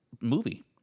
movie